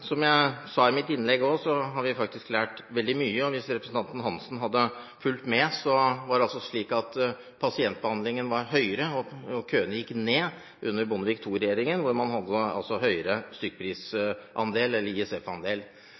Som jeg også sa i mitt innlegg, har vi faktisk lært veldig mye. Hvis representanten Hansen hadde fulgt med, hadde han visst at det var slik at pasientbehandlingen økte og køene gikk ned under Bondevik II-regjeringen, hvor man hadde høyere stykkprisandel,